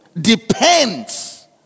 depends